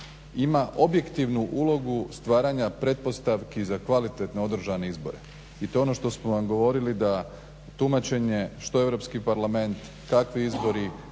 ima objektivnu ulogu stvaranja pretpostavki za kvalitetno održane izbore i to je ono što smo vam govorili da tumačenje, što Europski parlament, kakvi izbori,